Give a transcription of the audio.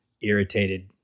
irritated